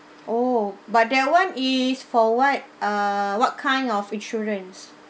oh but that one is for what uh what kind of insurance